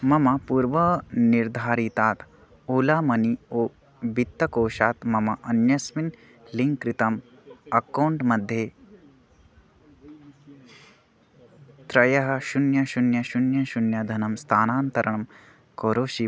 मम पूर्वानिर्धारितात् ओला मनी ओ वित्तकोशात् मम अन्यस्मिन् लिङ्क् कृतम् अकौण्ट् मध्ये त्रयः शून्यं शून्यं शून्यं शून्यं धनं स्थानान्तरं करोषि